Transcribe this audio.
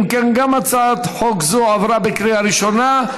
אם כן, גם הצעת חוק זו עברה בקריאה ראשונה.